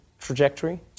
trajectory